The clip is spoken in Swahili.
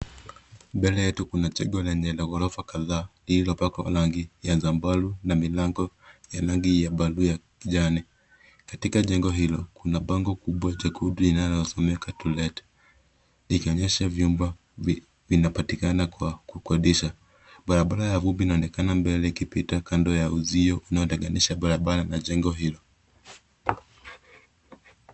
Mbele yetu Kuna Jengo lenye ghorofa kadhaa lililopakwa rangi za sambarau na milango ya rangi ya buluu na kijani katika jengo hilo kuna bango kubwa jekundu linalosomeka to let vikionyesha vyumba vinapatikana kwa kukodisha barabara kuu linaonekana mbele ikipita kwa uzio linalotenganisha barabara na jengo hilo.